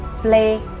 play